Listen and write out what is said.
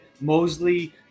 mosley